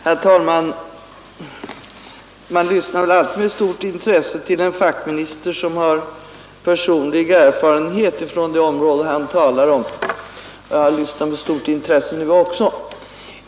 Herr talman! Man lyssnar alltid med stort intresse till en fackminister som har personlig erfarenhet från det område han talar om — och jag har lyssnat med stort intresse nu också.